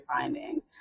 Findings